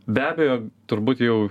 be abejo turbūt jau